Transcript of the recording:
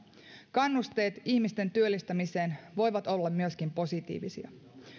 kannusteet ihmisten työllistämiseen voivat olla myöskin positiivisia